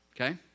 okay